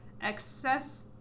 excess